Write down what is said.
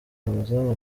amazamu